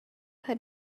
had